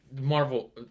Marvel